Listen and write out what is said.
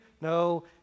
No